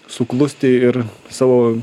suklusti ir savo